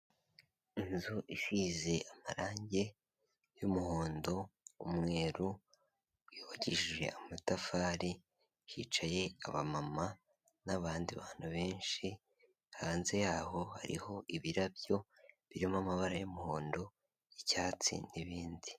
Inzu isize amarange y'umuhondo, umweru, yubakishije amatafari hicaye aba mama n'abandi bantu benshi hanze yaho hariho ibirabyo birimo amabara y'umuhondo icyatsi n'ibindi.